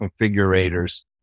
configurators